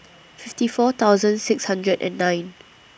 fifty four thousand six hundred and nine